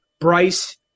Bryce